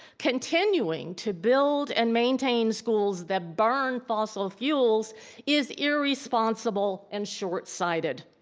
continuing to build and maintain schools that burn fossil fuels is irresponsible and short-sighted.